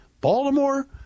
Baltimore